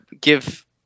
give